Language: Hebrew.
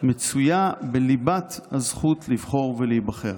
מצויה בליבת הזכות לבחור ולהיבחר".